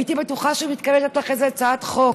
הייתי בטוחה שהוא מתכוון לתת לך איזו הצעת חוק.